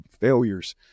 failures